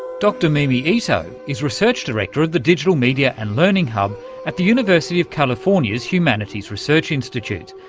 dr mimi ito is research director of the digital media and learning hub at the university of california's humanities research institute,